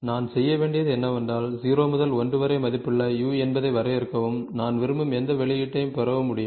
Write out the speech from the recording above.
நான் செய்ய வேண்டியது என்னவென்றால் 0 முதல் 1 வரை மதிப்புள்ள 'u' என்பதை வரையறுக்கவும் நான் விரும்பும் எந்த வெளியீட்டையும் பெற முடியும்